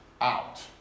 out